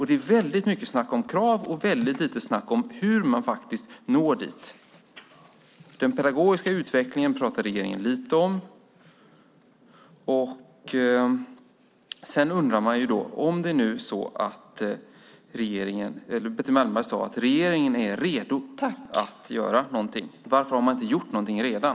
Det är väldigt mycket snack om krav och väldigt lite snack om hur man faktiskt når dit. Den pedagogiska utvecklingen pratar regeringen ganska lite om. Betty Malmberg sade att regeringen är redo att göra någonting. Varför har man inte gjort någonting redan?